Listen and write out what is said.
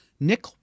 Nick